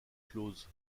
close